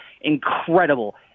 incredible